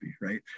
right